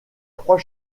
trois